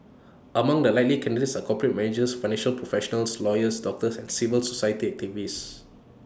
among the likely candidates are corporate managers finance professionals lawyers doctors and civil society activists